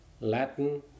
Latin